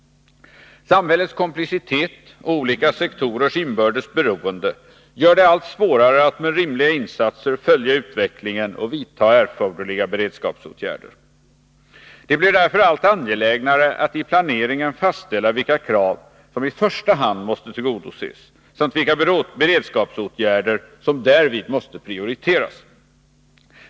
Samhällets komplexitet och olika sektorers inbördes beroende gör det allt svårare att med rimliga insatser följa utvecklingen och vidta erforderliga beredskapsåtgärder. Det blir därför allt angelägnare att i planeringen fastställa vilka krav som i första hand måste tillgodoses samt vilka beredskapsåtgärder som därvid måste prioriteras.